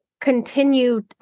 Continue